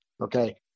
Okay